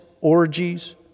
orgies